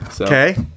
Okay